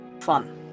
Fun